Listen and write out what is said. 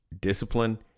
discipline